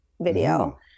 video